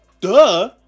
duh